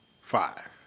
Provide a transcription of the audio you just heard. five